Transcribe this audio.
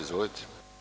Izvolite.